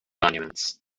monuments